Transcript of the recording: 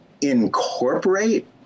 incorporate